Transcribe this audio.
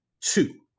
two